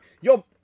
yo